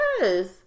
Yes